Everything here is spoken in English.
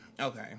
Okay